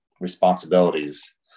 responsibilities